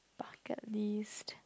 bucket list